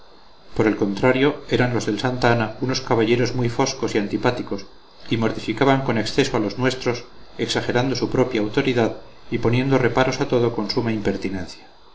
por el contrario eran los del santa ana unos caballeros muy foscos y antipáticos y mortificaban con exceso a los nuestros exagerando su propia autoridad y poniendo reparos a todo con suma impertinencia